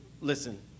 listen